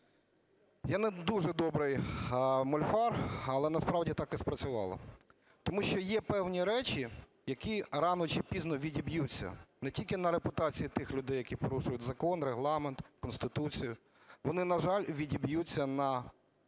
Я не дуже добрий мольфар, але насправді так і спрацювало. Тому що є певні речі, які рано чи пізно відіб'ються не тільки на репутації тих людей, які порушують закон, Регламент, Конституцію, вони, на жаль, відіб'ються на державі.